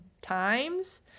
times